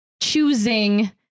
choosing